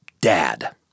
dad